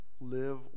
live